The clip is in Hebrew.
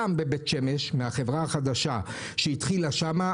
גם בבית שמש אנחנו שומעים תלונות קשות ביותר על החברה החדשה שהתחילה שם.